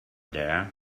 there